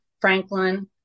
Franklin